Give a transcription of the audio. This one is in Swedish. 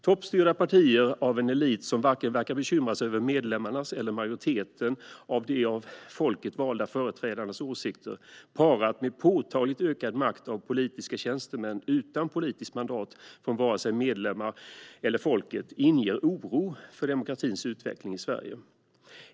Toppstyrda partier med en elit som varken verkar bekymra sig över medlemmarnas eller majoriteten av de av folket valda företrädarnas åsikter, parat med påtagligt ökad makt för politiska tjänstemän utan politiskt mandat från vare sig medlemmar eller folket, inger oro för demokratins utveckling i Sverige.